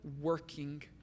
working